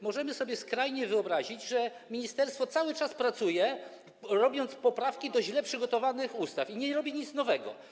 Możemy sobie skrajnie wyobrazić, że ministerstwo cały czas pracuje, przygotowując poprawki do źle przygotowanych ustaw, i nie robi nic nowego.